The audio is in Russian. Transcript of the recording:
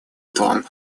том